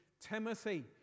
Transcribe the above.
Timothy